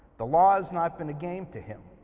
the law has not been a game to him.